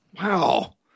Wow